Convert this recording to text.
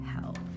help